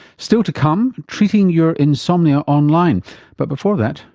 still to come, treating your insomnia online but before that,